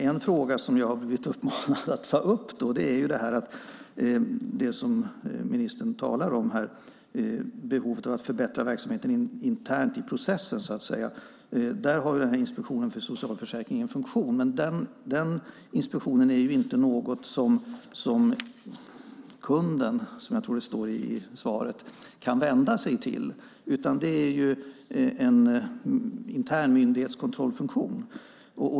En fråga som jag har blivit uppmanad att ta upp gäller det som ministern talade om, nämligen behovet av att förbättra verksamheten internt i processen. Där har Inspektionen för socialförsäkringen en funktion. Det är dock inget som kunden kan vända sig till, utan det är en intern myndighetskontrollfunktion.